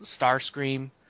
Starscream